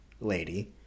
lady